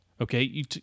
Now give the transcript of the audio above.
okay